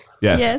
Yes